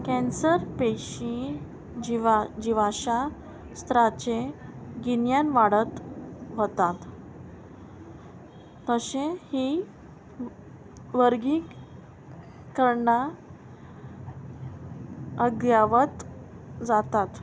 cancer पेशी जिवा जिवाशा स्त्राचे गिन्यान वाडत वतात तशें ही वर्गीक कर्णां अध्यावत जातात